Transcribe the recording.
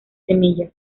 semillas